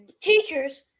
Teachers